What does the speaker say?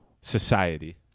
society